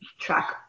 track